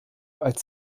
als